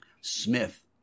Smith